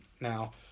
Now